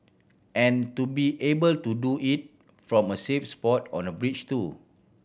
and to be able to do it from a safe spot on a bridge too